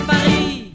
Paris